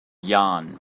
yarn